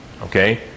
Okay